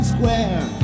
Square